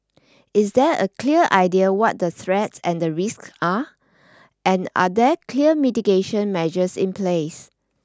is there a clear idea what the threats and the risks are and are there clear mitigation measures in place